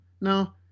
now